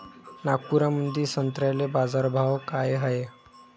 नागपुरामंदी संत्र्याले बाजारभाव काय हाय?